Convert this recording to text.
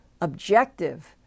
objective